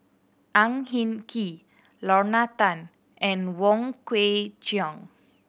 Ang Hin Kee Lorna Tan and Wong Kwei Cheong